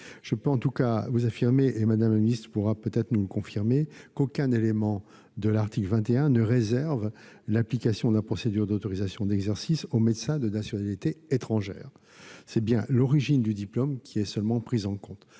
Je puis en tout cas vous affirmer- Mme la ministre pourra éventuellement nous le confirmer -qu'aucune disposition inscrite à l'article 21 ne réserve l'application de la procédure d'autorisation d'exercice aux médecins de nationalité étrangère. C'est bien l'origine du diplôme qui est prise en compte.